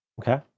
okay